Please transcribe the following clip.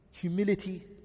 Humility